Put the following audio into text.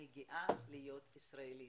אני גאה להיות ישראלית,